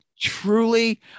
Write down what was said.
truly